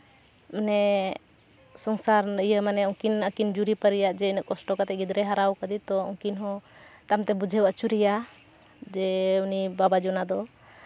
ᱱᱮ ᱥᱚᱝᱥᱟᱨ ᱤᱭᱟᱹ ᱢᱟᱱᱮ ᱩᱱᱠᱤᱱ ᱟᱹᱠᱤᱱ ᱡᱩᱨᱤᱼᱯᱟᱨᱤᱭᱟᱜ ᱡᱮ ᱩᱱᱟᱹᱜ ᱠᱚᱥᱴᱚ ᱠᱟᱛᱮᱫ ᱜᱤᱫᱽᱨᱟᱹᱭ ᱦᱟᱨᱟᱣ ᱠᱟᱫᱮ ᱛᱚ ᱩᱱᱠᱤᱱ ᱦᱚᱸ ᱛᱟᱭᱚᱢ ᱛᱮ ᱵᱩᱡᱷᱟᱹᱣ ᱟᱹᱪᱩᱨᱮᱭᱟᱭ ᱡᱮ ᱩᱱᱤ ᱵᱟᱵᱟ ᱡᱚᱱᱟ ᱫᱚ